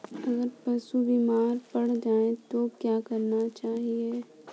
अगर पशु बीमार पड़ जाय तो क्या करना चाहिए?